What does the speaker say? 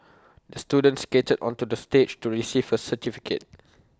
the student skated onto the stage to receive certificate